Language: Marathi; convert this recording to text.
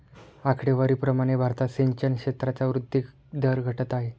आकडेवारी प्रमाणे भारतात सिंचन क्षेत्राचा वृद्धी दर घटत आहे